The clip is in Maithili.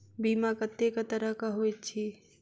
बीमा कत्तेक तरह कऽ होइत छी?